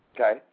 Okay